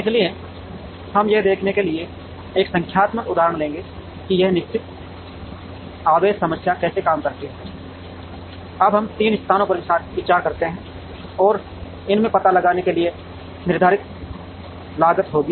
इसलिए हम यह दिखाने के लिए एक संख्यात्मक उदाहरण लेंगे कि यह निश्चित आवेश समस्या कैसे काम करती है अब हम 3 स्थानों पर विचार करते हैं और इनमें पता लगाने के लिए निर्धारित लागत होगी